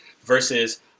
versus